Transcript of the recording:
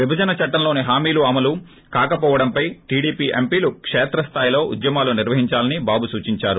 విభజన చట్లంలోని హామీలు అమలు కాకపోవడంపై టీడీపీ ఎంపీలు కేత్రస్లాయిలో ఉద్యమాలు నిర్వహిందాలని బాబు సూచిందారు